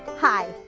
hi!